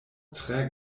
tre